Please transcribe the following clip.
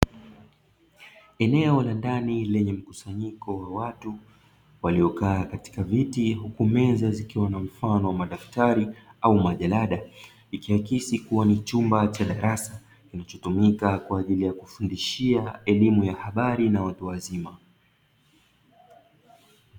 Eneo la ndani lenye mkusanyiko wa watu waliokaa katika viti, huku meza zikiwa na mfano wa madaftari au majalada, ikiakisi kuwa ni chumba cha darasa kinachotumika kwa ajili kufundishia elimu ya habari na watu wazima.